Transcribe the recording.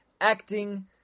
acting